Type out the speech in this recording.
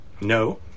No